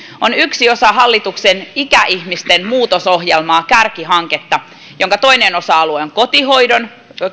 on yksi osa hallituksen ikäihmisten muutosohjelmaa kärkihanketta jonka toinen osa alue on kotihoidon